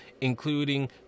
including